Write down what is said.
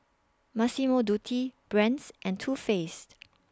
Massimo Dutti Brand's and Too Faced